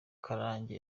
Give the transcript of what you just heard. mukarange